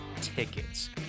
tickets